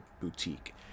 boutique